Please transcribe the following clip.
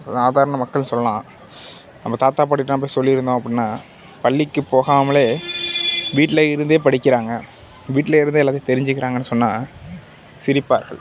சாதாரண மக்கள் சொல்லலாம் நம்ம தாத்தா பாட்டிகிட்ட எல்லாம் போய் சொல்லியிருந்தோம் அப்படினா பள்ளிக்கு போகாமலே வீட்டில் இருந்தே படிக்கிறாங்க வீட்டில் இருந்தே எல்லாத்தையும் தெரிஞ்சுகிறாங்கன்னு சொன்னால் சிரிப்பார்கள்